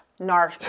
Narc